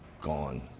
gone